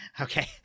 Okay